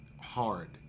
hard